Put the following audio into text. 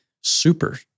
Super